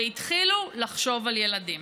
והתחילו לחשוב על ילדים.